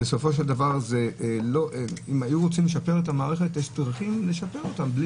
בסופו של דבר אם היו רוצים לשפר את המערכת יש דרכים לשפר אותה בלי